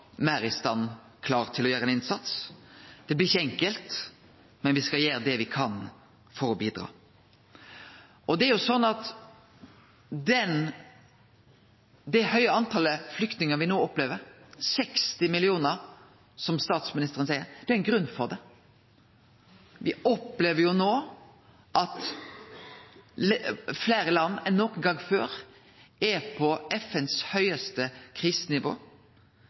meir i stand og klare til å gjere ein innsats. Det blir ikkje enkelt, men me skal gjere det me kan for å bidra. Det er sånn at det høge talet på flyktningar me no opplever – 60 millionar, som statsministeren seier – er det ein grunn for. Me opplever no at fleire land enn nokon gong før er på FNs høgaste krisenivå.